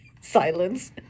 Silence